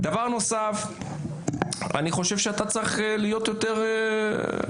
דבר נוסף, אני חושב שאתה צריך להיות יותר תקיף.